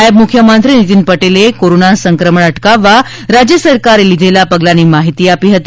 નાયબ મુખ્યમંત્રી નીતિન પટેલે કોરોના સંક્રમણ અટકાવવા રાજ્ય સરકારે લીધેલા પગલાંની માહિતી આપી હતી